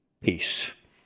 Peace